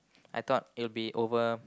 I thought it'll be over